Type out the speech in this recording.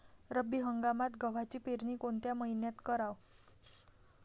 रब्बी हंगामात गव्हाची पेरनी कोनत्या मईन्यात कराव?